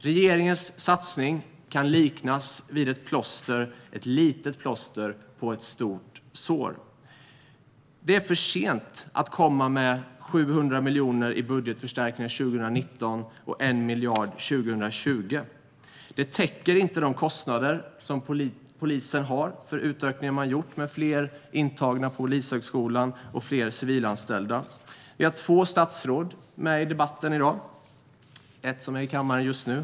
Regeringens satsning kan liknas vid ett litet plåster på ett stort sår. Det är för sent att komma med 700 miljoner i budgetförstärkningar 2019 och 1 miljard 2020. Det täcker inte de kostnader som polisen har för de utökningar man har gjort med fler antagna på Polishögskolan och fler civilanställda. Vi har två statsråd som är med i debatten i dag. Ett är i kammaren just nu.